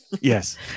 yes